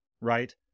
right